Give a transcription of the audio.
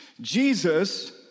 jesus